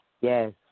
Yes